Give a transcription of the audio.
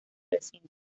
recinto